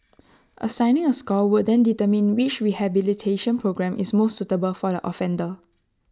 assigning A score will then determine which rehabilitation programme is most suitable for the offender